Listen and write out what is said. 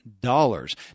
dollars